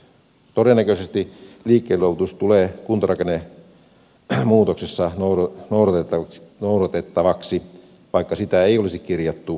todennäköisesti liikkeenluovutus tulee kuntarakennemuutoksessa noudatettavaksi vaikka sitä ei olisi kirjattu kuntarakennelakiin